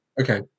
Okay